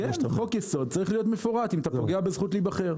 חוק יסוד צריך להיות מפורט אם אתה פוגע בזכות להיבחר.